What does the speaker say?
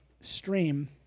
stream